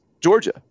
Georgia